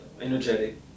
energetic